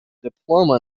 diploma